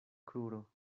kruro